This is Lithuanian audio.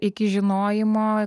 iki žinojimo